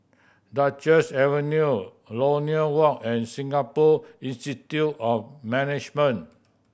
Duchess Avenue Lornie Walk and Singapore Institute of Management